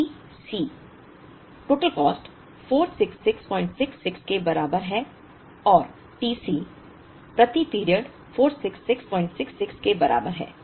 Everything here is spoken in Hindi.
तो T C 46666 के बराबर है और T C प्रति पीरियड 46666 के बराबर है